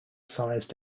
size